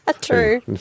True